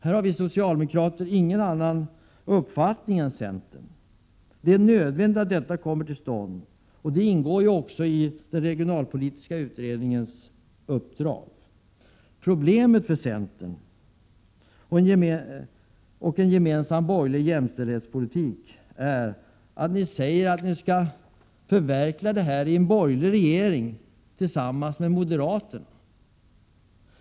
Här har vi socialdemokrater ingen annan uppfattning än centern. Det är nödvändigt att detta förverkligas. Det ingår bl.a. i regionalpolitiska utredningens uppdrag. Problemet för centern med en gemensam borgerlig jämställdhetspolitik är att ni säger, att den skall förverkligas i en borgerlig regering tillsammans med moderaterna.